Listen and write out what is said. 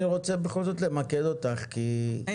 אני רוצה בכל זאת למקד אותך ,